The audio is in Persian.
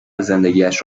زندگیش